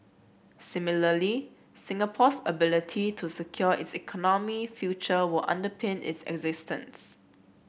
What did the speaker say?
similarly Singapore's ability to secure its economic future will underpin its existence